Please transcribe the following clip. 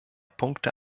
punkte